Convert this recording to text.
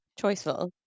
Choiceful